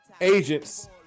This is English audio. Agents